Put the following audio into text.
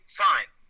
fine